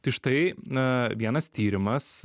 tai štai na vienas tyrimas